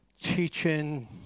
teaching